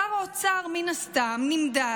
שר האוצר נמדד,